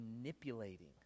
manipulating